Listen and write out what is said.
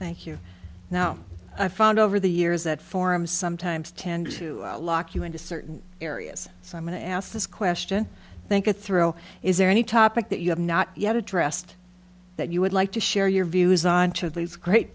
thank you now i found over the years that forum sometimes tend to lock you into certain areas so i'm going to ask this question think it through is there any topic that you have not yet addressed that you would like to share your views on